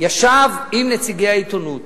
ישב עם נציגי העיתונות